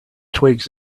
twigs